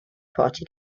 party